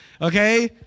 okay